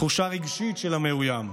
תחושה רגשית של המאוים.